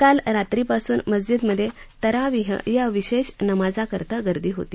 काल रात्रीपासून मस्जिदमधे तरावीह या विशेष नमाजाकरता गर्दी होती